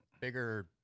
bigger